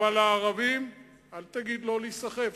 לא להיסחף.